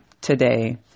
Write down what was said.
today